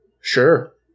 Sure